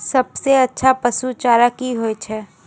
सबसे अच्छा पसु चारा की होय छै?